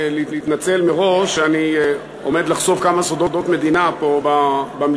להתנצל מראש על שאני עומד לחשוף כמה סודות מדינה פה במליאה,